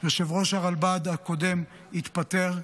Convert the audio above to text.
יושב-ראש הרלב"ד הקודם התפטר.